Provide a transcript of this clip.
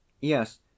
yes